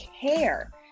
care